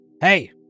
Hey